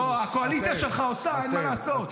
לא, הקואליציה שלך עושה, אין מה לעשות.